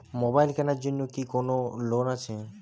Mobile কেনার জন্য কি কোন লোন আছে?